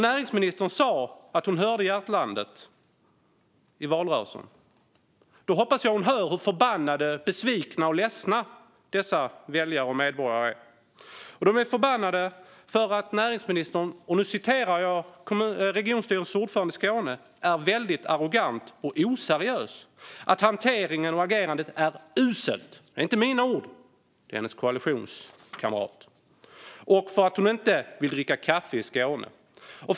Näringsministern sa i valrörelsen att hon hörde hjärtlandet. Jag hoppas att hon hör hur förbannade, besvikna och ledsna dessa väljare och medborgare är. De är förbannade därför att näringsministern, enligt regionstyrelsens ordförande i Skåne, är väldigt arrogant och oseriös och därför att hanteringen och agerandet är uselt. Detta är inte mina ord, utan det är hennes koalitionskamrats ord. De är också förbannade för att hon inte vill dricka kaffe i Skåne.